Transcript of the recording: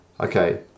Okay